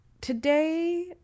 today